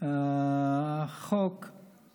את